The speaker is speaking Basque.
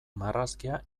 marrazkia